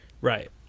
Right